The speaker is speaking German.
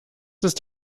ist